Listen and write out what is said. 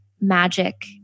magic